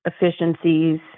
efficiencies